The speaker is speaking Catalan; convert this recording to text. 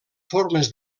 formes